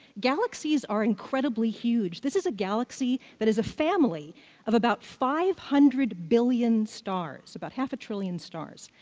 galaxies are incredibly huge. this is a galaxy that is a family of about five hundred billion stars, about half a trillion stars.